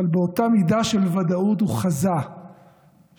אבל באותה מידה של ודאות הוא חזה שקיצו